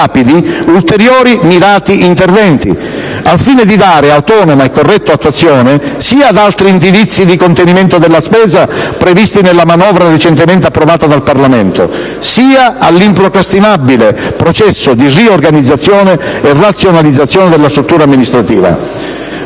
processo di riorganizzazione e razionalizzazione della struttura amministrativa.